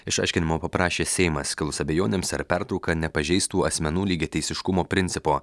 išaiškinimo paprašė seimas kilus abejonėms ar pertrauka nepažeistų asmenų lygiateisiškumo principo